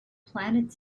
planet